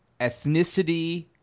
ethnicity